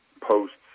posts